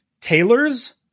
tailors